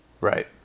right